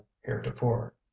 heretofore